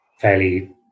fairly